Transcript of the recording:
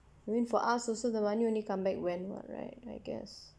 I mean for us also the money only come back when what right I guess